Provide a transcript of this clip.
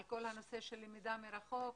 על כול הנושא של למידה מרחוק,